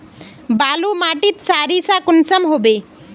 बालू माटित सारीसा कुंसम होबे?